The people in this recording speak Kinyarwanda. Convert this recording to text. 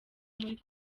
muri